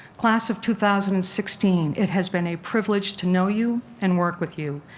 class of two thousand and sixteen, it has been a privilege to know you and work with you.